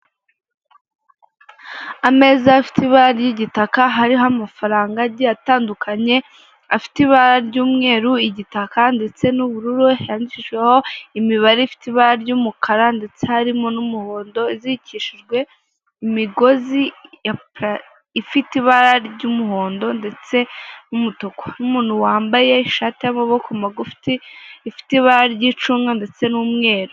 Ameza afite ibara ry'igitaka, hariho amafaranga agiye atandukanye, afite ibara ry'umweru, igitaka ndetse n'ubururu, yandikishijweho imibare ifite ibara ry'umukara ndetse harimo n'umuhondo, izirikishijwe imigozi ifite ibara ry'umuhondo ndetse n'umutuku, n'umuntu wambaye ishati y'amaboko magufi ifite ibara ry'icunga ndetse n'umweru.